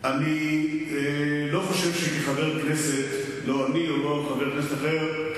אני לא חושב שכחבר כנסת לא אני ולא חבר כנסת אחר,